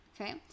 Okay